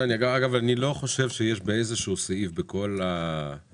אני לא חושב שיש באיזה שהוא סעיף של כל הפעולות